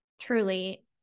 Truly